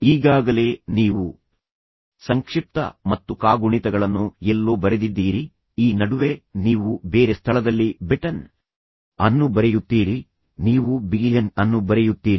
ಈಗಾಗಲೇ ನೀವು ಸಂಕ್ಷಿಪ್ತ ಮತ್ತು ಕಾಗುಣಿತಗಳನ್ನು ಎಲ್ಲೋ ಬರೆದಿದ್ದೀರಿ ಈ ನಡುವೆ ನೀವು ಬೇರೆ ಸ್ಥಳದಲ್ಲಿ BETN ಅನ್ನು ಬರೆಯುತ್ತೀರಿ ನೀವು BN ಅನ್ನು ಬರೆಯುತ್ತೀರಿ